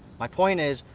my point is,